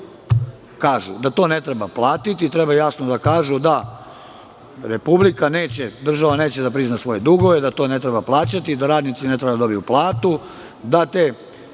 kažu da to ne treba platiti, treba jasno da kažu da Republika neće, država neće da prizna svoje dugove, da to ne treba plaćati, da radnici ne treba da dobiju platu, da tih